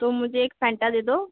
तो मुझे एक फैन्टा दे दो